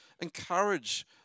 encourage